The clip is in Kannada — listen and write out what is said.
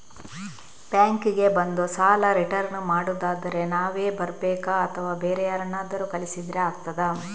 ಬ್ಯಾಂಕ್ ಗೆ ಬಂದು ಸಾಲ ರಿಟರ್ನ್ ಮಾಡುದಾದ್ರೆ ನಾವೇ ಬರ್ಬೇಕಾ ಅಥವಾ ಬೇರೆ ಯಾರನ್ನಾದ್ರೂ ಕಳಿಸಿದ್ರೆ ಆಗ್ತದಾ?